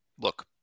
Look